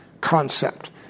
concept